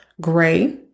gray